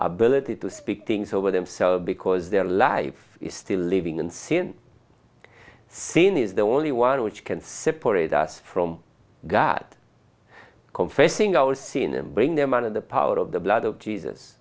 ability to speak things over themselves because their life is still living and sin sin is the only one which can separate us from god confessing our sin and bring them out of the power of the blood of jesus